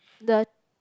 the